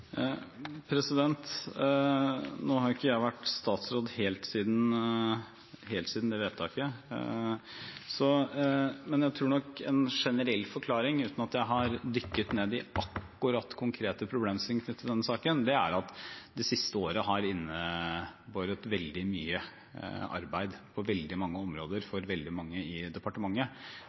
helt siden det vedtaket, men jeg tror nok at en generell forklaring – uten at jeg har dykket ned i konkrete problemstillinger knyttet til akkurat denne saken – er at det siste året har innebåret veldig mye arbeid på veldig mange områder for veldig mange i departementet.